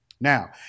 Now